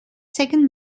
second